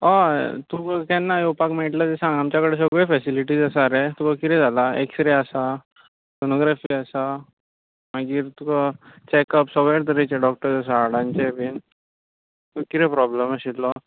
हय तुका केन्ना येवपाक मेळटलें तें सांग आमच्या कडेन सगळ्यो फॅसिलिटीज आसा रे तुका कितें जालां एक्स्रे आसा सोनोग्राफी आसा मागीर तुका चॅकअप सगळ्या तरेचे डॉक्टर आसात हाडांचे बीन कितें प्रॉब्लम आशिल्लो